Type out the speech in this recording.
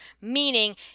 meaning